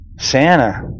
Santa